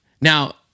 Now